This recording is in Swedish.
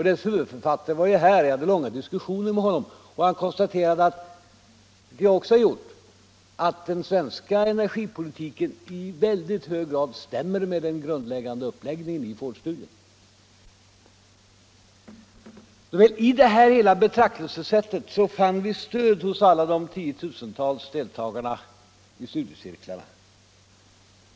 Dess huvudförfattare har varit här, och jag hade då långa diskussioner med honom. Han konstaterade — som jag också har gjort — att den svenska energipolitiken i mycket hög grad överensstämmer med den grundläggande uppläggningen i Fordstudien. I detta betraktelsesätt fann vi stöd hos alla de tiotusentals deltagarna i studiecirklarna.